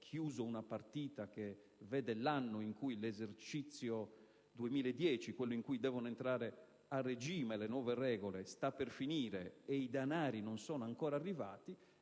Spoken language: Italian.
chiuso una partita in cui l'esercizio 2010 - quello in cui devono entrare a regime le nuove regole - sta per finire e i denari non sono ancora arrivati,